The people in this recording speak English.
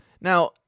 Now